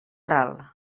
ral